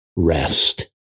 rest